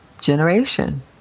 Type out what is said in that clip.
generation